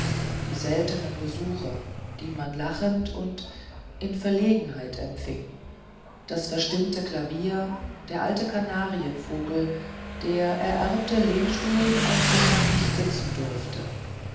die seltenen besuche die man lachend und in verlegenheit empfing das verstimmte klavier der alte kanarienvogel der ererbte lehnstuhl auf dem man nicht sitzen durfte